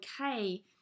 okay